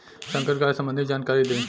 संकर गाय संबंधी जानकारी दी?